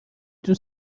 توی